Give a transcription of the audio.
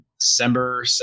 December